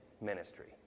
ministry